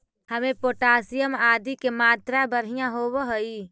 इमें पोटाशियम आदि के मात्रा बढ़िया होवऽ हई